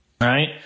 right